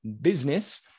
business